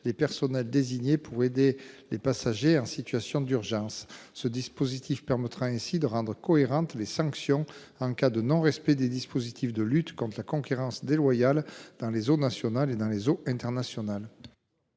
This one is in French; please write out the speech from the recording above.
des personnels pour aider les passagers en situation d'urgence. Cet article, s'il est rétabli, permettra de rendre cohérentes les sanctions en cas de non-respect des dispositifs de lutte contre la concurrence déloyale dans les eaux nationales et dans les eaux internationales.